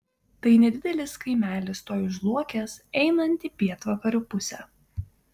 tai nedidelis kaimelis tuoj už luokės einant į pietvakarių pusę